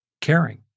caring